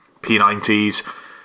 p90s